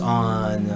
on